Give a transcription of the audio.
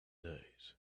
days